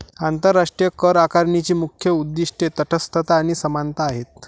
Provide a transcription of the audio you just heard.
आंतरराष्ट्रीय करआकारणीची मुख्य उद्दीष्टे तटस्थता आणि समानता आहेत